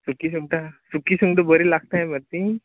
सुकीं सुंगटां सुकीं सुंगटा बरीं लागताय मरे तीं